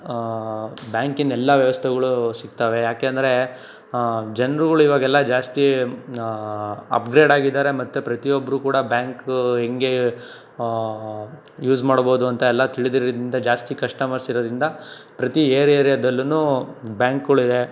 ಬ್ಯಾಂಕಿನ ಎಲ್ಲ ವ್ಯವಸ್ಥೆಗಳು ಸಿಕ್ತವೆ ಯಾಕೆಂದರೆ ಜನ್ರುಗಳು ಇವಾಗೆಲ್ಲ ಜಾಸ್ತಿ ಅಪ್ಗ್ರೇಡ್ ಆಗಿದ್ದಾರೆ ಮತ್ತು ಪ್ರತಿಯೊಬ್ಬರೂ ಕೂಡ ಬ್ಯಾಂಕು ಹೆಂಗೆ ಯೂಸ್ ಮಾಡ್ಬೋದು ಅಂತ ಎಲ್ಲ ತಿಳಿದರಿಂದ ಜಾಸ್ತಿ ಕಶ್ಟಮರ್ಸ್ ಇರೋರಿಂದ ಪ್ರತಿ ಏರ್ಯ ಏರ್ಯದಲ್ಲೂ ಬ್ಯಾಂಕುಗಳು ಇದೆ